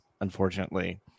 unfortunately